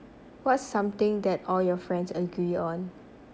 what's something that all you friends agree on